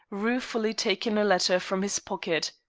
ruefully taking a letter from his pocket.